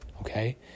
okay